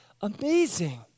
Amazing